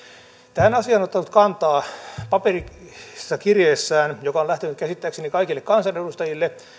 tähän asiaan on ottanut kantaa paperisessa kirjeessään joka on lähtenyt käsittääkseni kaikille kansanedustajille